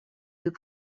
deux